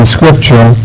Scripture